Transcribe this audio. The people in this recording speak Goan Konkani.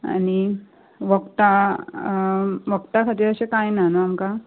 आनी वखदां वखदां खातीर अशें कांय ना न्हू आमकां